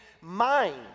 mind